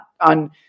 on